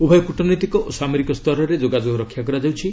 ଉଭୟ କ୍ରମନୈତିକ ଓ ସାମରିକ ସ୍ତରରେ ଯୋଗାଯୋଗ ରକ୍ଷା କରାଯାଉଛି